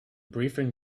briefing